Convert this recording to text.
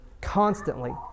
constantly